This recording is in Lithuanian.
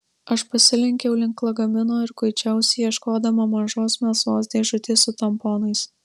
aš pasilenkiau link lagamino ir kuičiausi ieškodama mažos melsvos dėžutės su tamponais